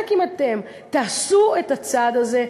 רק אם אתם תעשו את הצעד הזה,